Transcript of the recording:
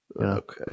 Okay